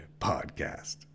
podcast